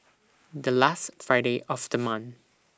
The last Friday of The month